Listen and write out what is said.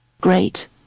Great